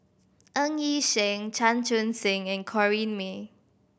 Ng Yi Sheng Chan Chun Sing and Corrinne May